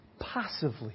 passively